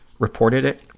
reported it.